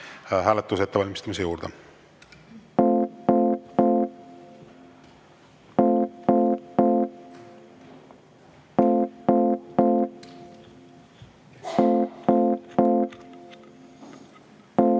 hääletuse ettevalmistamise juurde.